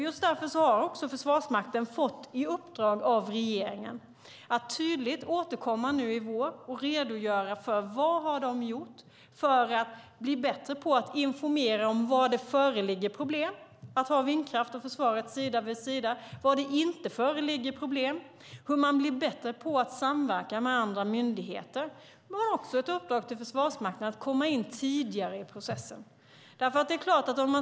Just därför har Försvarsmakten fått i uppdrag av regeringen att återkomma i vår och tydligt redogöra för vad man har gjort för att bli bättre på att informera om var det föreligger problem att ha vindkraft och försvar sida vid sida och var det inte föreligger problem och hur man kan bli bättre på att samverka med andra myndigheter. Försvarsmakten har också i uppdrag att komma in tidigare i processen.